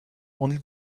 only